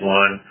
one